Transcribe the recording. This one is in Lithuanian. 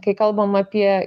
kai kalbam apie